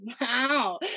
wow